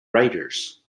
writers